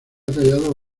tallado